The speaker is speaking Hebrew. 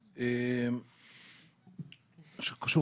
שכותרתו: מחדלים נוספים.) שוב,